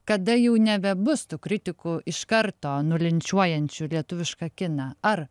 kada jau nebebus tų kritikų iš karto nulinčiuojančių lietuvišką kiną ar